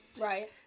Right